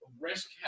risk